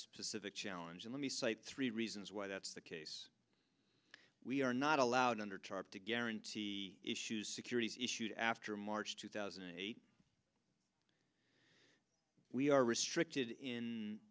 specific challenge and let me cite three reasons why that's the case we are not allowed under tarp to guarantee issues security issues after march two thousand and eight we are restricted in